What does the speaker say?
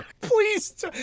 Please